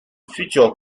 future